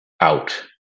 out